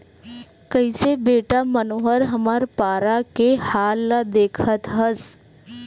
कइसे बेटा मनोहर हमर पारा के हाल ल देखत हस